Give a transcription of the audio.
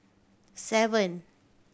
seven